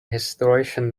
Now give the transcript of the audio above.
historischen